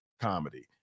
comedy